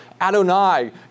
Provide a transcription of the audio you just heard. Adonai